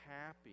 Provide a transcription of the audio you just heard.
happy